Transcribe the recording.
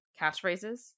catchphrases